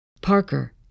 Parker